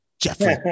Jeffrey